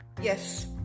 Yes